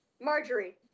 Marjorie